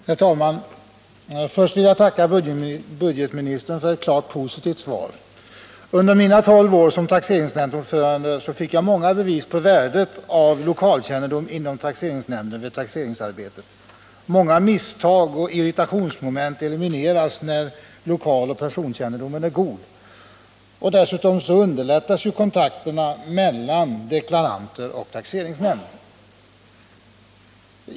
Herr talman! Först vill jag tacka budgetoch ekonomiministern för ett klart positivt svar. Under mina tolv år som taxeringsnämndsordförande fick jag många bevis på värdet av lokalkännedom inom taxeringsnämnden vid taxeringsarbetet. Många misstag och irritationsmoment elimineras när lokaloch personkän Nr 42 nedomen är god. Dessutom underlättas kontakter mellan deklaranter och taxeringsnämnd.